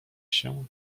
się